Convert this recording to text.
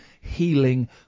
healing